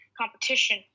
competition